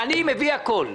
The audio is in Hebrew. אני מביא הכול,